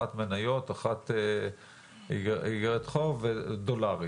אחת מניות אחת אג"ח דולרית.